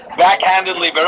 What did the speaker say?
backhandedly